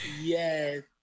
Yes